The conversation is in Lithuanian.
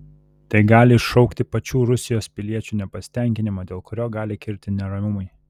tai gali iššaukti pačių rusijos piliečių nepasitenkinimą dėl kurio gali kilti neramumai